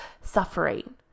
suffering